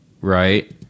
right